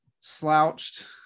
slouched